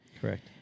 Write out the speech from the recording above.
Correct